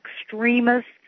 extremists